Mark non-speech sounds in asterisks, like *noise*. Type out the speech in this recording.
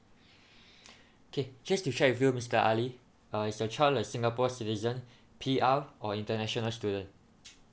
*breath* okay just to share with you mister ali uh is the child a singapore citizen P_R or international student